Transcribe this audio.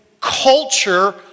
culture